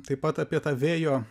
taip pat apie tą vėjo